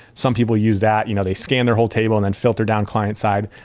some people use that. you know they scan their whole table and then filter down client-side.